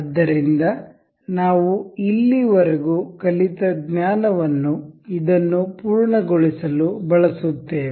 ಆದ್ದರಿಂದ ನಾವು ಇಲ್ಲಿವರೆಗೂ ಕಲಿತ ಜ್ಞಾನವನ್ನು ಇದನ್ನು ಪೂರ್ಣಗೊಳಿಸಲು ಬಳಸುತ್ತೇವೆ